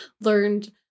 learned